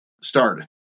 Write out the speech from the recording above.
started